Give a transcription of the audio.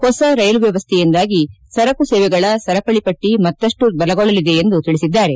ಹೊಸ ರೈಲು ವ್ಯವಸ್ವೆಯಿಂದಾಗಿ ಸರಕು ಸೇವೆಗಳ ಸರಪಳಿ ಪಟ್ಟಿ ಮತ್ತಷ್ಟು ಬಲಗೊಳ್ಳಲಿದೆ ಎಂದು ತಿಳಿಸಿದ್ಗಾರೆ